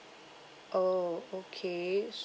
oh okay